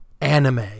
Anime